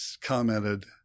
commented